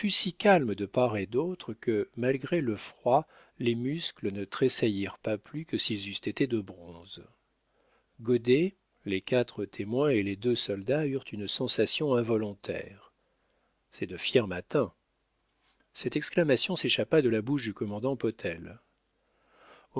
si calme de part et d'autre que malgré le froid les muscles ne tressaillirent pas plus que s'ils eussent été de bronze goddet les quatre témoins et les deux soldats eurent une sensation involontaire c'est de fiers mâtins cette exclamation s'échappa de la bouche du commandant